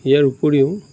ইয়াৰ উপৰিও